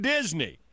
Disney